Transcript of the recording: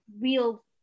real